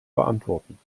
beantworten